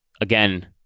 again